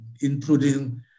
including